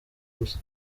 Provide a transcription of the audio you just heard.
gusa